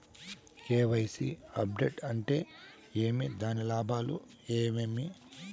KYC update అంటే ఏమి? దాని లాభాలు ఏమేమి?